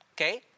okay